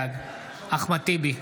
בעד אחמד טיבי,